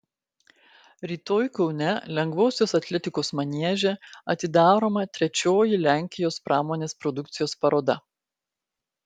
rytoj kaune lengvosios atletikos manieže atidaroma trečioji lenkijos pramonės produkcijos paroda